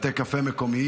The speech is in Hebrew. בתי קפה מקומיים,